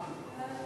ההצעה להעביר את